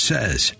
Says